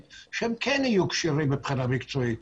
שהם כן יהיו כשירים מבחינה מקצועית.